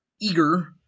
eager